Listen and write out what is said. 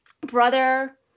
brother